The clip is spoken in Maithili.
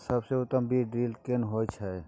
सबसे उत्तम बीज ड्रिल केना होए छै?